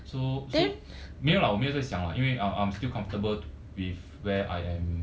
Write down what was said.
so so 没有 lah 我没有在想 lah 因为 I'm I'm still comfortable with where I am